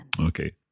Okay